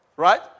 Right